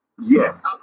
Yes